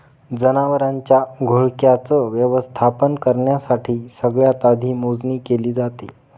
जनावरांच्या घोळक्याच व्यवस्थापन करण्यासाठी सगळ्यात आधी मोजणी केली जाते